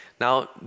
Now